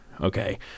Okay